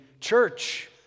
Church